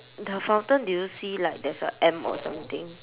the fountain do you see like there's a M or something